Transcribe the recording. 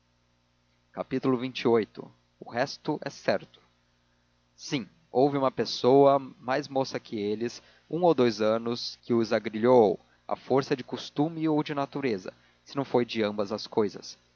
destas aventuras xxviii o resto é certo sim houve uma pessoa mais moça que eles um a dous anos que os agrilhoou à força de costume ou de natureza se não foi de ambas as cousas